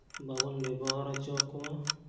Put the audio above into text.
ᱵᱟᱵᱚᱱ ᱵᱮᱵᱚᱦᱟᱨ ᱦᱚᱪᱚ ᱟᱠᱚᱣᱟ